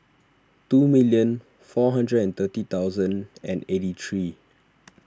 two million four hundred and thirty thousand and eighty three